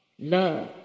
love